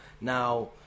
Now